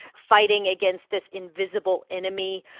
fighting against this invisible enemy,